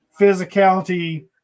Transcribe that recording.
Physicality